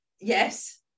Yes